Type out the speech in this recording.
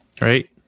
right